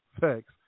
thanks